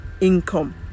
income